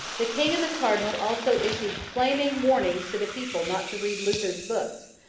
the king and the cardinal also issued flaming warnings to the people not to read luther's books,